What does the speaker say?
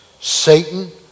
Satan